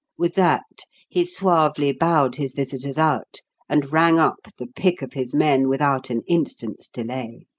with that, he suavely bowed his visitors out and rang up the pick of his men without an instant's delay.